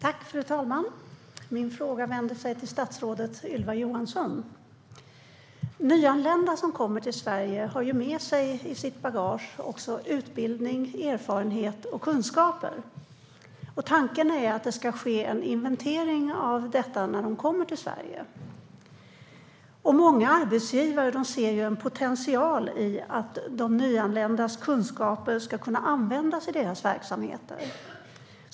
Fru talman! Min fråga vänder sig till statsrådet Ylva Johansson. Nyanlända som kommer till Sverige har med sig utbildning, erfarenhet och kunskaper i sitt bagage. Tanken är att det ska ske en inventering av detta när de kommer till Sverige. Många arbetsgivare ser en potential i att de nyanländas kunskaper ska kunna användas i deras verksamheter.